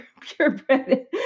purebred